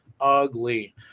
ugly